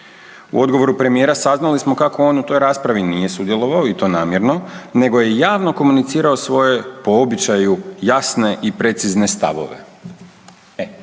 U odgovoru premijera saznali smo kako on u toj raspravi nije sudjelovao i to namjerno, nego je javno komunicirao svoje po običaju jasne i precizne stavove.